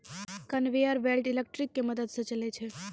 conveyor belt electric के मदद स चलै छै